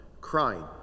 crying